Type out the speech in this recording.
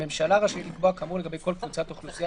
הממשלה רשאית לקבוע כאמור לגבי כל קבוצת אוכלוסייה